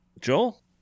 Joel